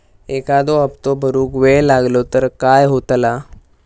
एखादो हप्तो भरुक वेळ लागलो तर काय होतला?